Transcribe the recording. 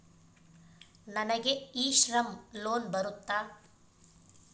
ನನಗೆ e Shram loan ಬರುತ್ತಾ?